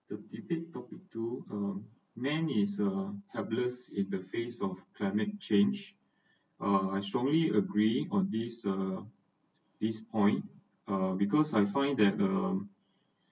the debate topic two um man is uh helpless in the face of climate change uh I strongly agreed on this uh this point uh because I find that uh